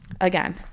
Again